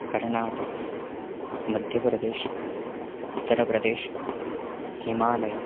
कर्णाटक्म् मध्यप्रदेशः उत्तरप्रदेशः हिमालयः